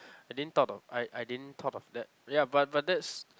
I didn't thought of I I didn't talk of that ya but but that's